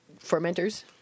fermenters